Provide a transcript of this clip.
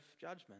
judgment